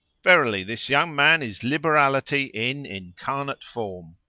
verily this young man is liberality in incarnate form.